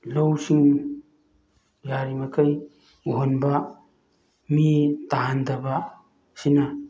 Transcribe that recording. ꯂꯧꯁꯤꯡ ꯌꯥꯔꯤꯃꯈꯩ ꯎꯍꯟꯕ ꯃꯤ ꯇꯥꯍꯟꯗꯕꯁꯤꯅ